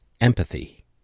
Empathy